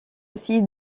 aussi